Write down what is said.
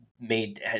made